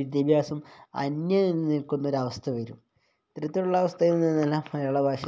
വിദ്യാഭ്യാസം അന്യം നിൽക്കുന്നൊരവസ്ഥ വരും ഇത്തരത്തിലുള്ള അവസ്ഥയിൽനിന്നെല്ലാം മലയാള ഭാഷ